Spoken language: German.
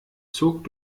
zog